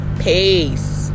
peace